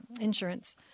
insurance